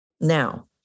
Now